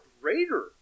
greater